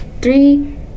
three